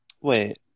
wait